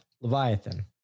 Leviathan